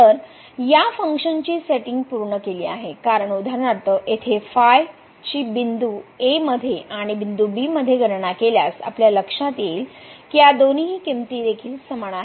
तर ह्या फंक्शनची सेटिंग पूर्ण केली आहे कारण उदाहरणार्थ येथे फाय ची बिंदू a मध्ये आणि बिंदू गणना केल्यास आपल्या लक्षात येईल की या दोन्हीहि किंमती देखील समान आहेत